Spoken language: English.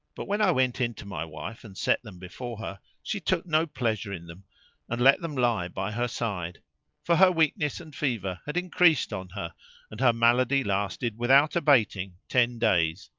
but when i went in to my wife and set them before her, she took no pleasure in them and let them lie by her side for her weakness and fever had increased on her and her malady lasted without abating ten days,